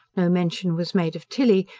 no mention was made of tilly,